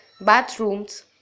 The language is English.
bathrooms